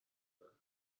بکنم